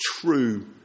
true